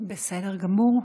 בסדר גמור.